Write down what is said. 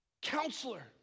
counselor